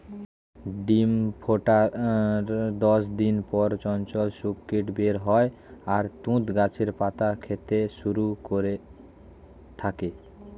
ডিম ফোটার দশ দিন পর চঞ্চল শূককীট বের হয় আর তুঁত গাছের পাতা খেতে শুরু করে থাকে